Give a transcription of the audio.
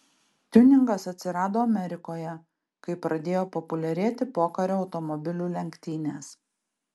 tiuningas atsirado amerikoje kai pradėjo populiarėti pokario automobilių lenktynės